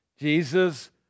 Jesus